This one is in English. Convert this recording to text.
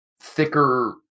thicker